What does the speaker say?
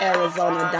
Arizona